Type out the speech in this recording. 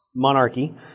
monarchy